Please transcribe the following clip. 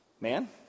Man